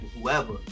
whoever